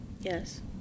Yes